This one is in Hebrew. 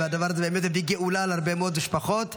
והדבר הזה באמת יביא גאולה להרבה מאוד משפחות.